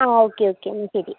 okay okay എന്നാൽ ശരി